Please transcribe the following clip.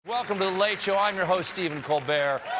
welcome to the late show. i'm your host, stephen colbert.